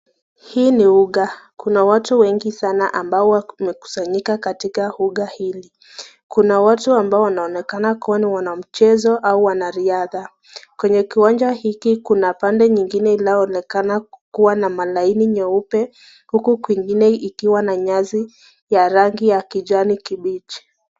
Hii ni uga. Kuna watu wengi sana ambao wamekusanyika katika uga hili. Kuna watu ambao wanaonekana kuwa ni wanamchezo au wanariadha. Kwenye kiwanja hiki kuna pande nyingine ilaonekana kuwa na malaini nyeupe huku kwingine ikiwa na nyasi ya rangi ya kijani kibichi.